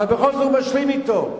אבל בכל זאת הוא משלים אתו,